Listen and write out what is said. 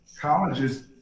colleges